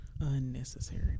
unnecessary